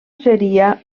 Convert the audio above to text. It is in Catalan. seria